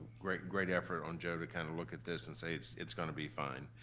great, great effort on joe to kind of look at this and say it's it's gonna be fine.